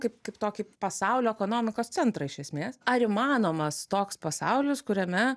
kaip kaip tokį pasaulio ekonomikos centrą iš esmės ar įmanomas toks pasaulis kuriame